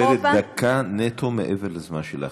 את כבר מדברת דקה נטו מעבר לזמן שלך.